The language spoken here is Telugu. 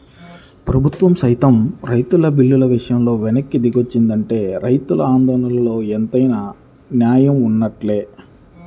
ప్రభుత్వం సైతం రైతు బిల్లుల విషయంలో వెనక్కి దిగొచ్చిందంటే రైతుల ఆందోళనలో ఎంతైనా నేయం వున్నట్లే